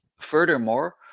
Furthermore